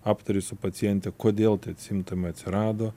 aptari su paciente kodėl tie simptomai atsirado